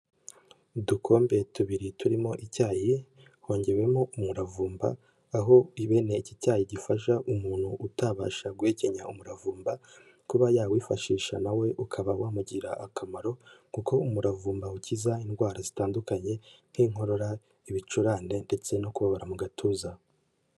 Udukombe tubiri turimo icyayi hongewemo umuravumba, aho bene iki cyayi gifasha umuntu utabasha guhekenya umuravumba kuba yawifashisha na we ukaba wamugirira akamaro kuko umuravumba ukiza indwara zitandukanye nk'inkorora, ibicurane ndetse no kubabara mu gatuza.